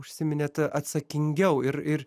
užsiiminėt atsakingiau ir ir